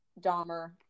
Dahmer